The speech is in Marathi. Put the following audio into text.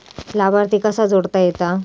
लाभार्थी कसा जोडता येता?